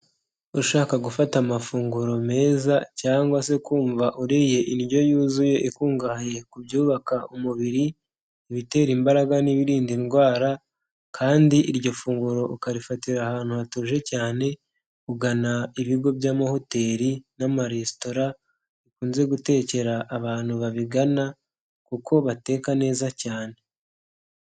Ushaka gufata amafunguro meza cyangwa se kumva uriye indyo yuzuye, ikungahaye ku byubaka umubiri, ibitera imbaraga n'ibiri indwara kandi iryo funguro ukarifatira ahantu hatuje cyane. Ugana ibigo by'amahoteli n'amaresitora bikunze gutekera abantu babigana kuko bateka neza cyane.